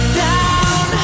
down